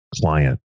client